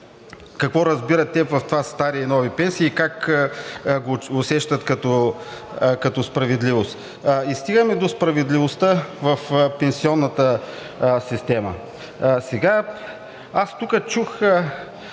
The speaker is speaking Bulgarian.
какво разбират те под стари и нови пенсии и как го усещат като справедливост. Стигаме до справедливостта в пенсионната система. Аз тук чух